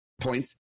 points